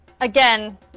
Again